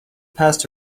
passed